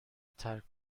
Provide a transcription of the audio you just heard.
ترک